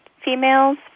females